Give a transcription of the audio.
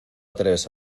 atreves